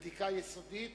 ובדיקה יסודית,